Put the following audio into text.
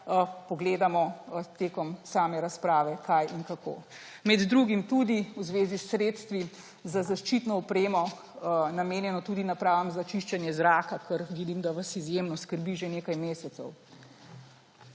pogledamo tekom same razprave, kaj in kako. Med drugim tudi v zvezi s sredstvi za zaščitno opremo, namenjeno napravam za čiščenje zraka, kar vidim, da vas izjemno skrbi že nekaj mesecev,